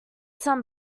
some